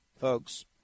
folks